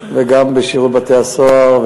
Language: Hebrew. גם בשירות בתי-הסוהר,